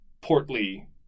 portly